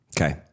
Okay